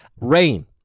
Rain